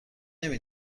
نمی